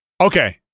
Okay